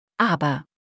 Aber